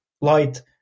light